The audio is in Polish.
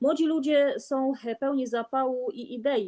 Młodzi ludzie są pełni zapału i idei.